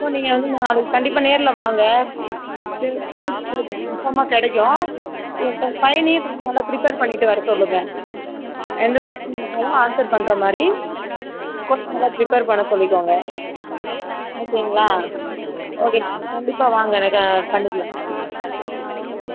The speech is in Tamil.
ஸோ நீங்கள் வந்து நாளைக்கு கண்டிப்பாக நேரில் வாங்க கண்டிப்பாக உங்களுக்கு கன்ஃபார்மாக கிடைக்கும் உங்கள் பையனையும் கொஞ்ச நல்லா பிரிப்பர் பண்ணிகிட்டு வர சொல்லுங்கள் எந்த கொஸ்டின் கேட்டாலும் ஆன்ஸர் பண்ணுறமாரி கொஞ்சம் நல்லா பிரிப்பர் பண்ண சொல்லிக்கோங்க ஓகேங்களா ஓகே சார் கண்டிப்பாக வாங்க எனக்காக பண்ணிக்கலாம் ஓகே சார்